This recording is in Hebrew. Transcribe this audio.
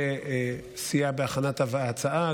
שסייע בהכנת ההצעה,